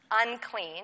unclean